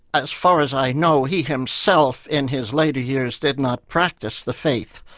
as far as i know, he himself in his later years, did not practice the faith.